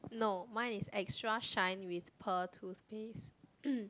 no mine is extra shine with pearl toothpaste mm